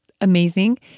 amazing